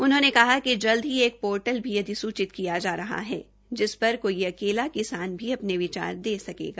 उन्होंने कहा कि जल्द ही एक पोर्टल भी अधिसूचित किया जा रहा है जिस पर कोई अकेला किसान भी अपने विचार दे सकेगा